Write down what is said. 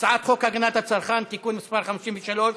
הצעת חוק הגנת הצרכן (תיקון מס' 53)